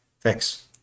Thanks